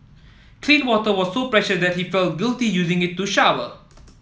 clean water was so precious that he felt guilty using it to shower